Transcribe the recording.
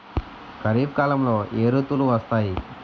ఖరిఫ్ కాలంలో ఏ ఋతువులు వస్తాయి?